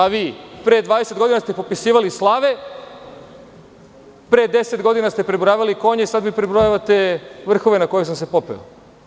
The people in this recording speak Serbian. A vi, pre 20 godina ste popisivali slave, pre 10 godina ste prebrojavali konje, sad mi prebrojavate vrhove na koje sam se popeo.